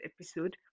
episode